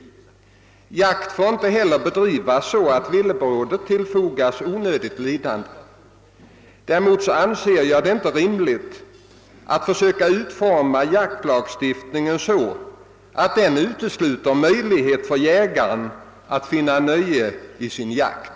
Jakt får inte heller bedrivas så att villebrådet tillfogas onödigt lidande. Däremot anser jag det inte rimligt att försöka utforma jaktlagstiftningen så att den utesluter möjligheten för jägaren att finna nöje i sin jakt.